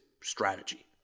strategy